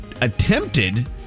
Attempted